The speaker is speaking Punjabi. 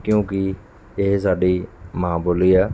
ਕਿਉਂਕਿ ਇਹ ਸਾਡੀ ਮਾਂ ਬੋਲੀ ਹੈ